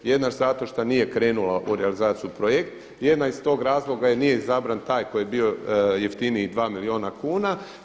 Jedna zato što nije krenuo u realizaciju projekt, jedna iz tog razloga jer nije izabran taj koji je bio jeftiniji 2 milijuna kuna.